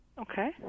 Okay